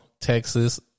Texas